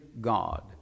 God